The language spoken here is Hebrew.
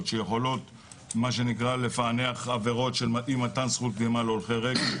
שיכולות לפענח עבירות של אי מתן זכות קדימה להולכי רגל,